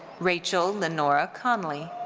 rachel lenora conlee.